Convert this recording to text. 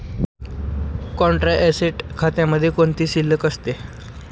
Contra asset खात्यामध्ये कोणती शिल्लक असते?